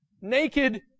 Naked